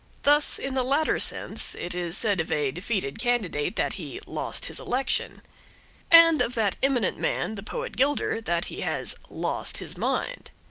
thus, in the latter sense, it is said of a defeated candidate that he lost his election and of that eminent man, the poet gilder, that he has lost his mind.